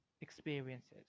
experiences